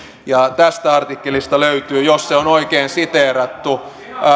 tästä artikkelista löytyy jos se on oikein siteerattu